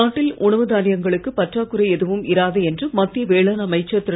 நாட்டில் உணவு தானியங்களுக்கு பற்றாக்குறை எதுவும் இராது என்று மத்திய வேளாண் அமைச்சர் திரு